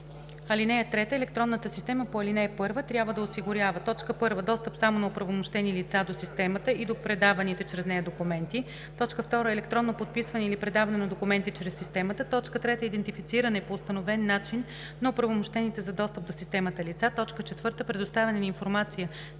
(3) Електронната система по ал. 1 трябва да осигурява: 1. достъп само на оправомощени лица до системата и до предаваните чрез нея документи; 2. електронно подписване или предаване на документи чрез системата; 3. идентифициране по установен начин на оправомощените за достъп до системата лица; 4. предоставяне на информация